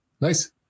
Nice